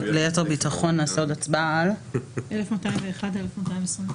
הצבעה לא אושרה.